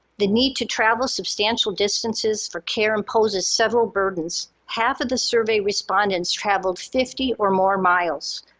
the need to travel substantial distances for care imposes several burdens. half of the survey respondents traveled fifty or more miles.